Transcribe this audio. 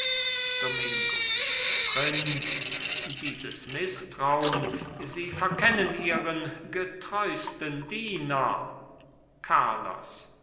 domingo prinz dieses mißtraun sie verkennen ihren getreusten diener carlos